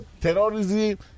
terrorism